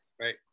Right